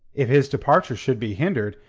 if his departure should be hindered,